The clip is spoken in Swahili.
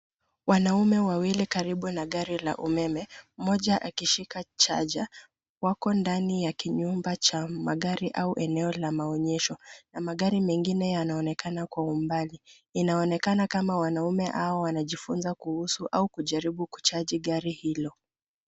Wanaume wawili karibu na gari la umeme, mmoja akishika chaja. Wako ndani ya kinyumba cha magari au eneo la maonyesho na magari mengine yanaonekana kwa umbali. Inaonekana kama wanaume hao wanajifunza kuhusu au kujaribu kuchaji gari hilo.